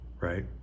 right